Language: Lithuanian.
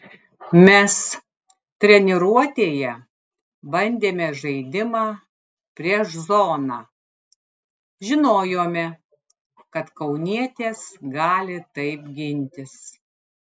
mes treniruotėje bandėme žaidimą prieš zoną žinojome kad kaunietės gali taip gintis